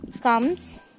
comes